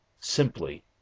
Simply